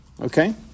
Okay